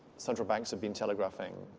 central banks have been telegraphing